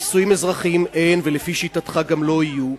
נישואים אזרחיים אין ולפי שיטתך גם לא יהיו,